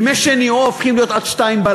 ימי שני, או הופכים להיות עד 02:00,